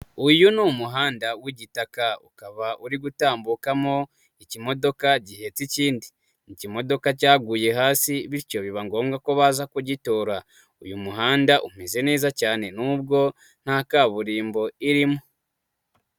Uyu ni umuhanda w'igitaka, ukaba uri gutambukamo ikimodoka gihetse ikindi, ikimodoka cyaguye hasi bityo biba ngombwa ko baza kugitora, uyu muhanda umeze neza cyane nubwo nta kaburimbo irimo.